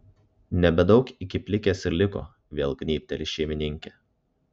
nebedaug iki plikės ir liko vėl gnybteli šeimininkė